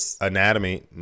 anatomy